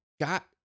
got